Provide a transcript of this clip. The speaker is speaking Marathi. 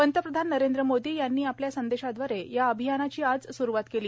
पंतप्रधान नरेंद्र मोदी यांनी आपल्या संदेशाद्वारे या अभियानाची आज सुरुवात केली